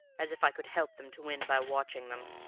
as if i could help them to win by watching them.